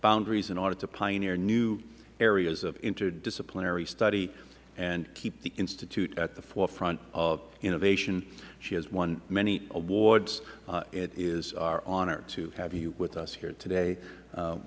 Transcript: boundaries in order to pioneer new areas of interdisciplinary study and keep the institute at the forefront of innovation she has won many awards it is our honor to have you with us here today